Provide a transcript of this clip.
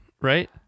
right